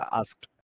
asked